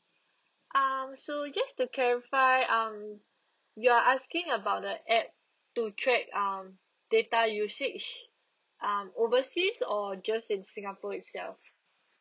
um so just to clarify um you're asking about the app to track um data usage um overseas or just in singapore itself